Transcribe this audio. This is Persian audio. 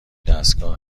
ایستگاه